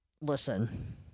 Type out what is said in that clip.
listen